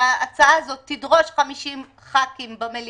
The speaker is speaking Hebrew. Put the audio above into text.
וההצעה הזו תדרוש 50 חברי כנסת,